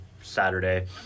Saturday